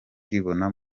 twibona